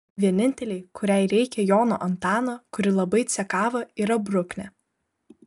vienintelei kuriai reikia jono antano kuri labai cekava yra bruknė